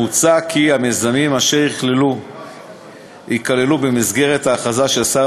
מוצע כי המיזמים אשר ייכללו במסגרת ההכרזה של שר